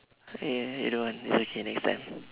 eh I don't want it's okay next time